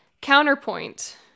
counterpoint